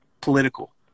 political